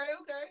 okay